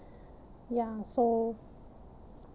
ya so